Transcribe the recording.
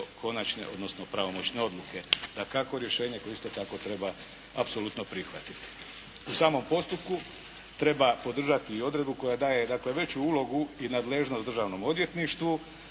konačne odnosno pravomoćne odluke. Dakako, rješenje koje isto tako treba apsolutno prihvatiti. U samom postupku treba podržati i odredbu koja daje dakle veću ulogu i nadležnost državnom odvjetništvu